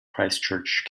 christchurch